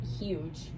huge